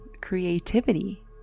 creativity